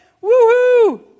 Woo-hoo